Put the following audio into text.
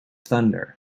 thunder